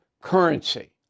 currency